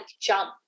jump